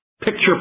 picture